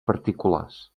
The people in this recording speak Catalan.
particulars